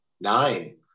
Nine